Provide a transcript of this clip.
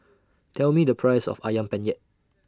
Tell Me The Price of Ayam Penyet